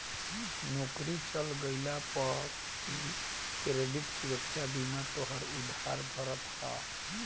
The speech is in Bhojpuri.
नोकरी चल गइला पअ भी क्रेडिट सुरक्षा बीमा तोहार उधार भरत हअ